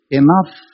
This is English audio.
enough